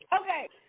Okay